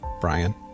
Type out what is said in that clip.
Brian